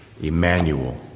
Emmanuel